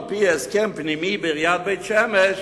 על-פי הסכם פנימי בעיריית בית-שמש,